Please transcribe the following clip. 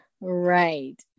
Right